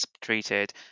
treated